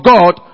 God